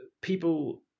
people